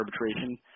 arbitration